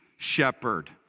Shepherd